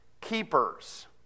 keepers